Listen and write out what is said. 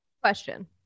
question